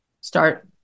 start